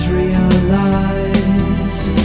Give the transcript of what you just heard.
realized